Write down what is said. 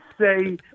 say